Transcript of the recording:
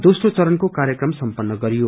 दोम्रो चरणको कार्यक्रम सम्पन्न गरियो